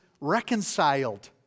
reconciled